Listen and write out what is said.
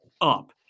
up